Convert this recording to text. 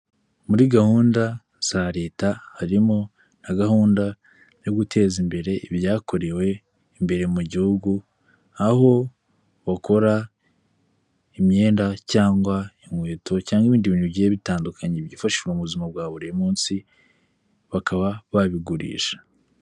Muri gahunda za leta harimo na gahunda yo guteza imbere ibyakorewe imbere mu gihugu, aho bakora imyenda cyangwa inkweto cyangwa ibindi bintu bigiye bitandukanye byifashishwa mu buzima bwa buri munsi bakaba babigurisha.